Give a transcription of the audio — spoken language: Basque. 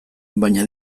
baina